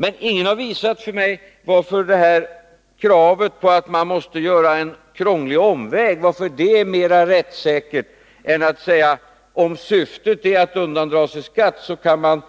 Men ingen har gjort klart för mig varför kravet att man skall ta en krånglig omväg är mera rättssäkert än om man säger, att om syftet är att undandra sig skatt, så skall